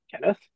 Kenneth